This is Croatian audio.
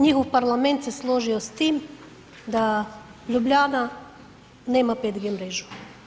Njihov parlament se složio s tim da Ljubljana nema 5G mrežu.